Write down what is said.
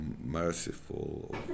merciful